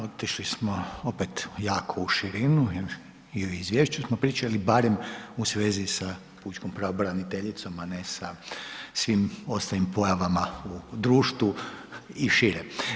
Otišli smo opet jako u širinu i u izvješću smo pričali barem u svezi sa pučkom pravobraniteljicom, a ne sa svim ostalim pojavama u društvu i šire.